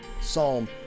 Psalm